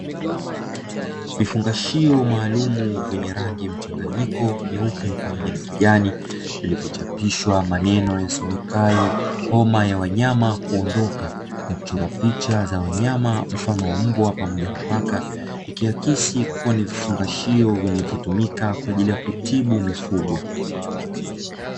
vifungashio maalumu vyenye rangi mchanganyiko nyeupe pamoja na kijani vilivyochapishwa maneno yasomekayo "homa ya wanyama kuondoka", na kuchorwa picha za wanyama mfano wa mbwa pamoja na paka, aikiakisi kuwa ni vifungashio vinavyotumika kwa ajili ya kutibu mifugo.